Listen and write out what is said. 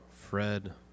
Fred